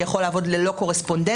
שיכול לעבוד ללא קורספונדנציה,